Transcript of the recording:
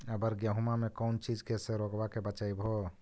अबर गेहुमा मे कौन चीज के से रोग्बा के बचयभो?